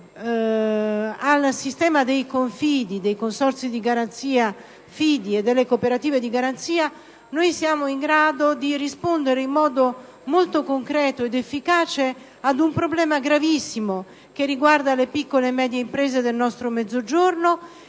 al sistema dei Confidi, dei consorzi di garanzia fidi e delle cooperative di garanzia, siamo in grado di rispondere in modo molto concreto ed efficace ad un problema gravissimo, che riguarda le piccole e medie imprese del nostro Mezzogiorno,